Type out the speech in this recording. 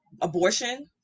abortion